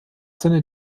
seine